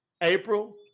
April